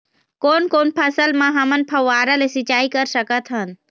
कोन कोन फसल म हमन फव्वारा ले सिचाई कर सकत हन?